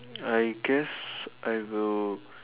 I guess I will